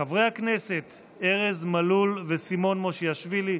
חברי הכנסת ארז מלול וסימון מושיאשוילי,